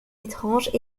étranges